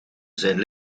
zijn